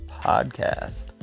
podcast